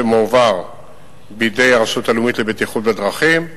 שמועבר בידי הרשות הלאומית בדרכים.